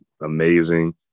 amazing